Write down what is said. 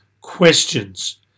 questions